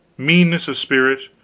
meanness of spirit,